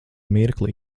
mirkli